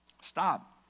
stop